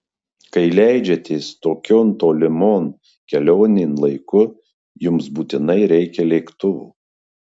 kai leidžiatės tokion tolimon kelionėn laiku jums būtinai reikia lėktuvo